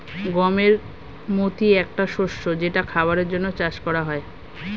গমের মতি একটা শস্য যেটা খাবারের জন্যে চাষ করা হয়